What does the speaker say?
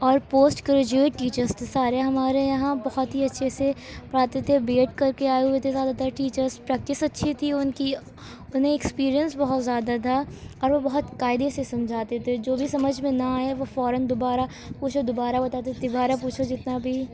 اور post graduate teachers تھے سارے ہمارے یہاں بہت ہی اچھے سے پڑھاتے تھے بی ایڈ کر کے آئے ہوئے تھے زیادہ تر ٹیچرس پریکٹس اچھی تھی ان کی انہیں ایکسپیریئنس بہت زیادہ تھا اور وہ بہت قاعدے سے سمجھاتے تھے جو بھی سمجھ میں نہ آئے وہ فوراً دوبارہ پوچھو دوبارہ بتاتے تیبارہ پوچھو جتنا بھی